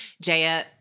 Jaya